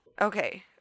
Okay